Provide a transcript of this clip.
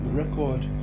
record